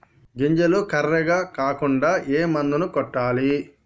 గింజలు కర్రెగ కాకుండా ఏ మందును కొట్టాలి?